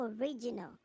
original